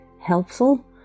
helpful